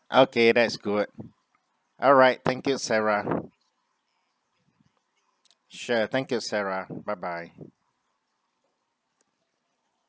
okay that's good alright thank you sarah sure thank you sarah bye bye